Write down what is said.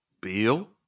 Bill